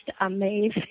amazing